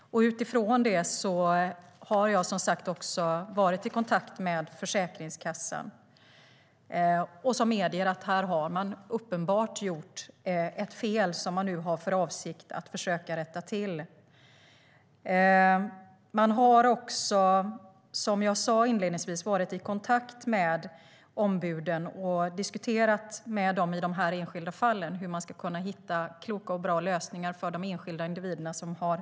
Utifrån det har jag som sagt varit i kontakt med Försäkringskassan, som meddelat att de i det här fallet uppenbart gjort fel och nu har för avsikt att försöka rätta till det. Som jag sa inledningsvis har Försäkringskassan också varit i kontakt med ombuden och med dem diskuterat de enskilda fallen för att se hur de ska kunna hitta kloka och bra lösningar för de enskilda individer som drabbats.